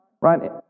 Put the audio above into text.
right